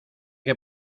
que